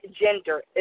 gender